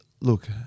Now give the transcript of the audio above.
look